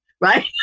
right